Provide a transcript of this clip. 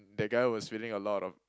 that guy was feeling a lot of